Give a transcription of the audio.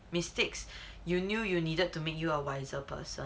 mistakes you knew you needed to make you a wiser person